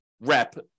rep